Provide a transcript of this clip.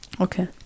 okay